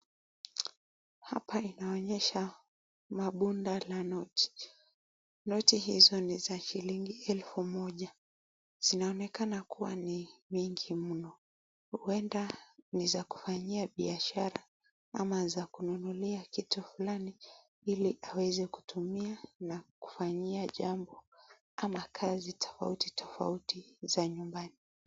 Hapa inaonyesha mabunda la noti. Noti hizo ni za shilingi elfu moja. Zinaonekana kuwa ni mingi mno. Huenda ni za kufanyia biashara ama za kununulia kitu fulani ili aweze kutumia na kufanyia jambo ama kazi tofauti tofauti za nyumbani.